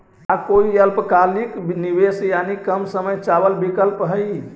का कोई अल्पकालिक निवेश यानी कम समय चावल विकल्प हई?